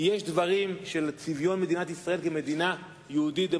כי יש דברים של צביון מדינת ישראל כמדינה יהודית-דמוקרטית,